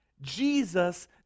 Jesus